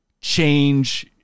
change